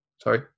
Sorry